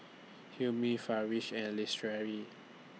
Hilmi Firash and Lestari